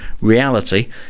reality